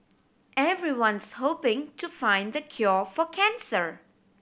everyone's hoping to find the cure for cancer